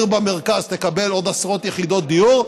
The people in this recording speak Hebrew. העיר במרכז תקבל עוד עשרות יחידות דיור,